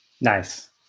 Nice